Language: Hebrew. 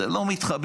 זה לא מתחבר.